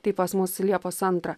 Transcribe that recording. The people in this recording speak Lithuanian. tai pas mus liepos antrą